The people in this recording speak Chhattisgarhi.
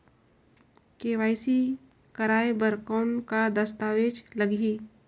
के.वाई.सी कराय बर कौन का दस्तावेज लगही?